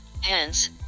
Hence